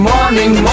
Morning